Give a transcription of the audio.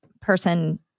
person